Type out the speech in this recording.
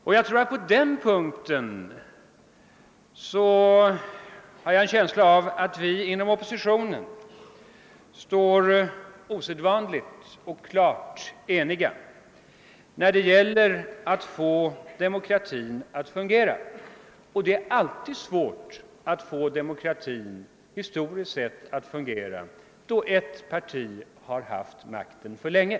I fråga om att få demokratin att fungera har jag en känsla av att vi inom oppositionen står osedvanligt och klart eniga. Den historiska erfarenheten visar att det alltid är svårt att få demokratin att fungera när ett parti alltför länge haft makten.